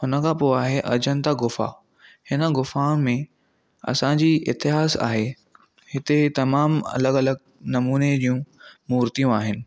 हुन खां पोइ आहे अजंत गुफ़ा हिन गुफ़ा में असांजो इतिहासु आहे हिते तमाम अलगि॒ अलगि॒ नमूने जूं मूर्तियूं आहिनि